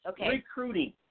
Recruiting